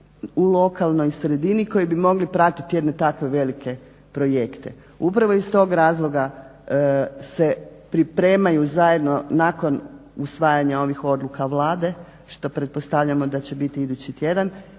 u lokalnoj sredini koji bi mogli pratiti jedne takve velike projekte. Upravo iz tog razloga se pripremaju zajedno nakon usvajanja ovih odluka Vlade, što pretpostavljam da će biti idući tjedan.